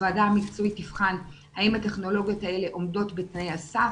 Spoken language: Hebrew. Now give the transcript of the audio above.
הוועדה המקצועית תבחן האם הטכנולוגיות האלה עומדות בתנאי הסף.